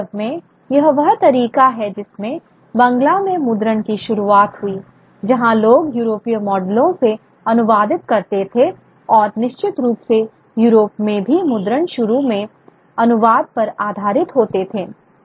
वास्तव में यह वह तरीका है जिसमें बंगला में मुद्रण की शुरुआत हुई जहां लोग यूरोपीय मॉडलों से अनुवादित करते थे और निश्चित रूप से यूरोप में भी मुद्रण शुरू में अनुवाद पर आधारित होते थे